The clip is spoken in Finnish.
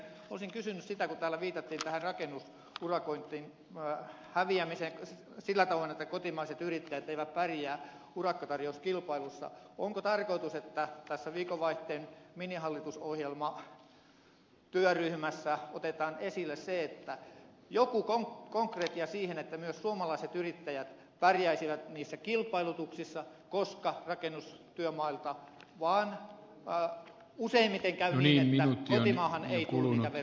olisin kysynyt sitä kun täällä viitattiin tähän rakennusurakointien häviämiseen sillä tavalla että kotimaiset yrittäjät eivät pärjää urakkatarjouskilpailussa onko tarkoitus että tässä viikonvaihteen minihallitusohjelmatyöryhmässä otetaan esille joku konkretia myös siihen että myös suomalaiset yrittäjät pärjäisivät kilpailutuksissa koska rakennustyömailla vaan useimmiten käy niin että kotimaahan ei tule niitä verorahoja